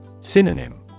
Synonym